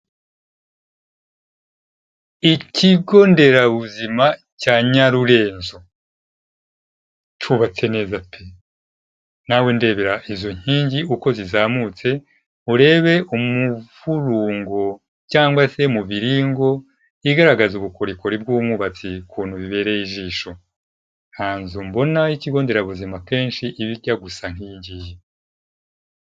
Ikigo nderabuzima cya Nyarurenzo, cyubatse neza pe, nawe ndebera izo nkingi uko zizamutse! urebe umuvurungo cyangwa se mu muviringo, igaragaza ubukorikori bw'umwubatsi ukuntu bibereye ijisho! nta nzu mbona y'ikigo nderabuzima igaragara nk'iyingiyi .